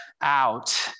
out